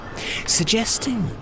suggesting